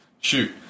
Shoot